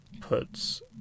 puts